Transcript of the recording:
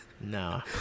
No